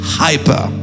hyper